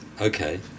okay